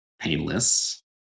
painless